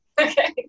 Okay